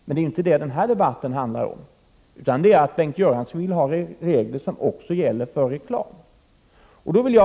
Men det är inte det den här debatten handlar om, utan den handlar om att Bengt Göransson vill ha regler också för reklam.